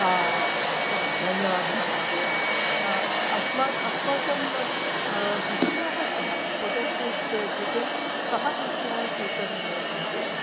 सं धन्यवादः महोदय अस्माकं अस्माकं विषयः कः फ़ोटो शूट् कृते कः विषयः स्वीकरणीयं महोदय